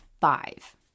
five